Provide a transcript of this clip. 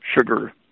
sugar